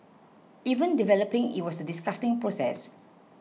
even developing it was a disgusting process